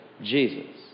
Jesus